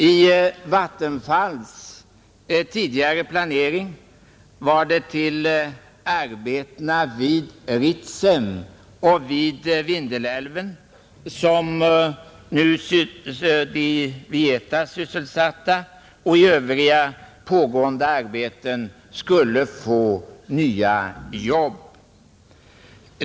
I Vattenfalls tidigare planering var det till arbetena vid Ritsem och vid Vindelälven som de nu i Vietas och i övriga pågående arbeten sysselsatta skulle få nya jobb.